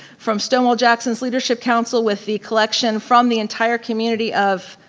from stonewall jackson's leadership council with the collection from the entire community of,